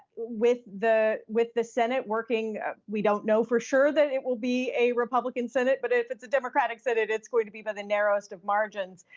with the with the senate working we don't know for sure that it will be a republican senate, but if it a democratic senate, it is going to be by the narrowest of margins.